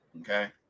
Okay